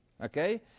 okay